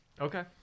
Okay